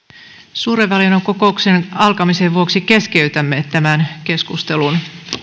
suuren valiokunnan kokouksen alkamisen vuoksi keskeytämme tämän keskustelun